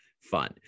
fun